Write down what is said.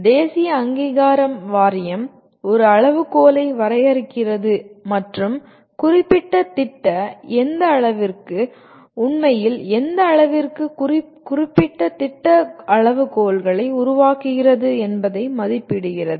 தேசிய அங்கீகார வாரியம் ஒரு அளவுகோலை வரையறுக்கிறது மற்றும் குறிப்பிட்ட திட்ட எந்த அளவிற்கு உண்மையில் எந்த அளவிற்கு குறிப்பிட்ட திட்ட அளவுகோல்களை உருவாக்குகிறது என்பதை மதிப்பிடுகிறது